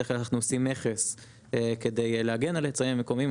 בדרך כלל אנחנו עושים מכס כדי להגן על יצרנים מקומיים,